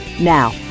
Now